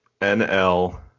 NL